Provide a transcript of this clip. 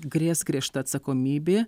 grės griežta atsakomybė